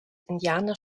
indianer